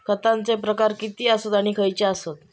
खतांचे प्रकार किती आसत आणि खैचे आसत?